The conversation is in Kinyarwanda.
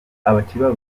abakeba